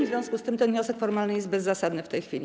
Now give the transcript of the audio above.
W związku z tym ten wniosek formalny jest bezzasadny w tej chwili.